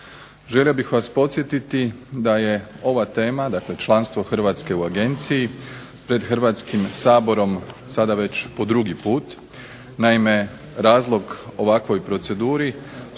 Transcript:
Želio bih vas podsjetiti da je ova tema, dakle članstvo Hrvatske u Agenciji, pred Hrvatskim saborom sada već po drugi put. Naime, razlog ovakvoj proceduri